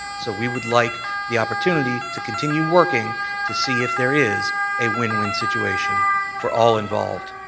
so we would like the opportunity to continue working to see if there is a win win situation for all involved,